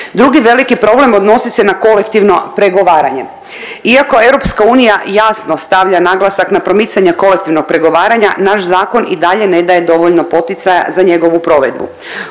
drugi veliki problem odnosi se na kolektivno pregovaranje. Iako EU jasno stavlja naglasak na promicanje kolektivnog pregovaranja, naš zakon i dalje ne daje dovoljno poticaja za njegovu provedbu.